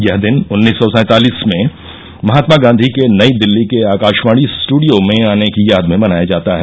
यह दिन उन्नीस सौ सैंतालिस में महात्मा गांधी के नई दिल्ली के आकाशवाणी स्टूडियो में आने की याद में मनाया जाता है